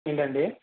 ఏంటండీ